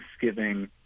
Thanksgiving